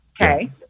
Okay